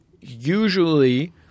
usually